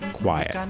quiet